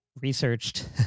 researched